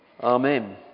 Amen